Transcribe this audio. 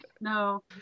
No